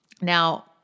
Now